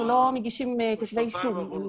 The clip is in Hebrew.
אנחנו לא מגישים כתבי אישום.